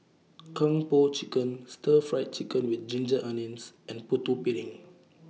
Kung Po Chicken Stir Fried Chicken with Ginger Onions and Putu Piring